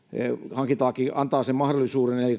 hankintalaki antaa sen mahdollisuuden että